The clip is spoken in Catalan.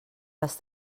les